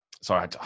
Sorry